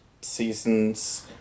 seasons